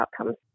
outcomes